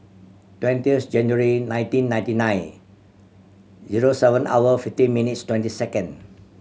twentieth January nineteen ninety nine zero seven hour fifty minutes twenty second